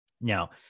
now